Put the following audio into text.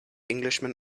englishman